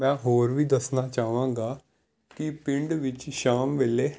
ਮੈਂ ਹੋਰ ਵੀ ਦੱਸਣਾ ਚਾਹਾਂਗਾ ਕਿ ਪਿੰਡ ਵਿੱਚ ਸ਼ਾਮ ਵੇਲੇ